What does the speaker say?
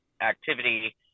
Activity